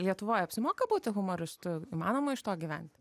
lietuvoj apsimoka būti humoristu įmanoma iš to gyventi